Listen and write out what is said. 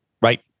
Right